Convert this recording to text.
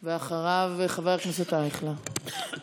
אחריו, חבר הכנסת אייכלר.